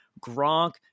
Gronk